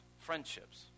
friendships